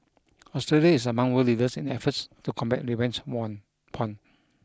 Australia is among world leaders in efforts to combat revenge morn porn